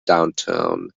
downtown